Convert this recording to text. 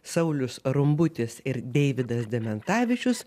saulius rumbutis ir deividas dementavičius